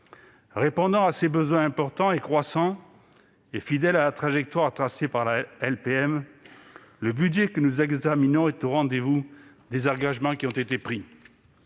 Répondant à ces besoins importants et croissants, et restant fidèle à la trajectoire tracée par la LPM, le projet de budget que nous examinons est au rendez-vous des engagements pris.